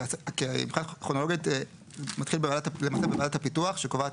כי מבחינה כרונולוגית מתחיל בוועדת הפיתוח שקובעת